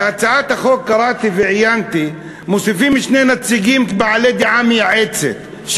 עיינתי וקראתי בהצעת החוק שמוסיפים שני נציגים בעלי דעה מייעצת,